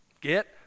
Get